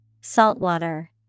Saltwater